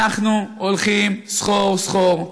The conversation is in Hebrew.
אנחנו הולכים סחור-סחור.